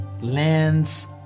lands